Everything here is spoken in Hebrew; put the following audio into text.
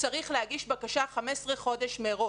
צריך להגיש בקשה 15 חודשים מראש.